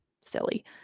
silly